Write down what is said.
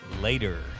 later